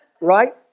Right